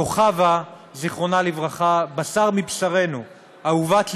כוכבה, זיכרונה לברכה, בשר מבשרנו, אהובת לבנו,